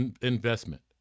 investment